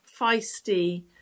feisty